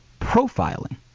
profiling